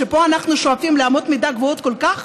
שפה אנחנו שואפים לאמות מידה גבוהות כל כך,